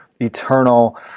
eternal